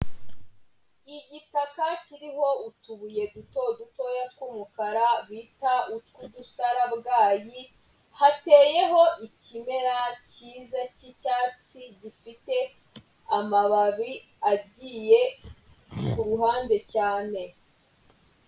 Igikata kiriho utubuye duto dutoya tw'umukara bita utw'udusarabwayi, hateyeho ikimera kiza k'icyatsi, gifite amababi agiye ku ruhande cyane.